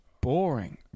boring